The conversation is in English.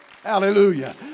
Hallelujah